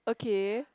okay